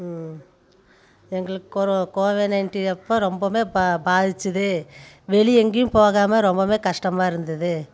எங்களுக்கு covid nineteen அப்போ ரொம்பவும் பாதித்தது வெளியே எங்கேயும் போகாமல் ரொம்பவும் கஷ்டமாக இருந்தது